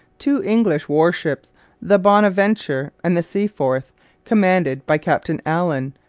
two english warships the bonaventure and the seaforth commanded by captain allen,